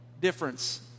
difference